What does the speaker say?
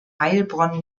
heilbronn